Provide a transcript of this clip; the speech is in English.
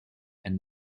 and